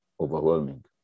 overwhelming